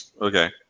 Okay